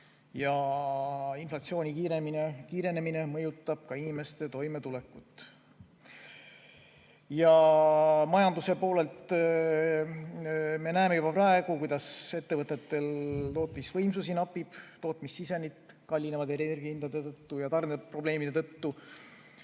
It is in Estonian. ja inflatsiooni kiirenemine mõjutab inimeste toimetulekut. Majanduse poolelt me näeme juba praegu, kuidas ettevõtetel tootmisvõimsusi napib. Tootmissisendid kallinevad [kõrgete] energiahindade ja tarneprobleemide tõttu.